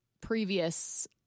previous